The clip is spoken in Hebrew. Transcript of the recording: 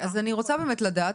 אז אני רוצה לדעת,